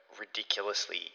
ridiculously